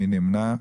מי נמנע?